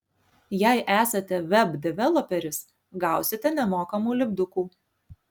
jei esate web developeris gausite nemokamų lipdukų